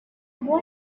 boy